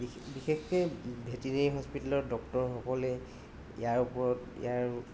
বিশ বিশেষকৈ ভেটিনেৰী হস্পিটেলৰ ডক্টৰসকলে ইয়াৰ ওপৰত ইয়াৰ